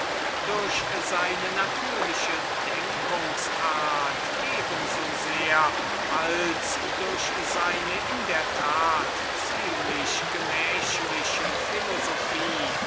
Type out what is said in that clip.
durch seine natürliche denkungs-art eben so sehr als durch seine in der tat ziemlich gemächliche